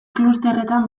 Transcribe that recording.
klusterretan